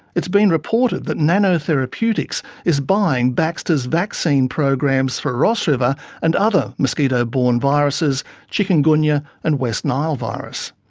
it's been reported that nanotherapeutics is buying baxter's vaccine programs for ross river and other mosquito borne viruses chikungunya and west nile virus.